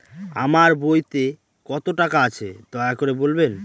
আমার বইতে কত টাকা আছে দয়া করে বলবেন?